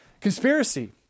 conspiracy